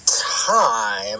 Time